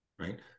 right